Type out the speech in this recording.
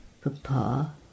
Papa